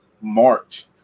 march